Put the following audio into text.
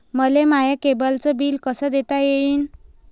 मले माया केबलचं बिल कस देता येईन?